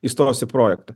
įstos į projektą